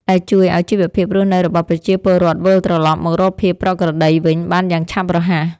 ដែលជួយឱ្យជីវភាពរស់នៅរបស់ប្រជាពលរដ្ឋវិលត្រឡប់មករកភាពប្រក្រតីវិញបានយ៉ាងឆាប់រហ័ស។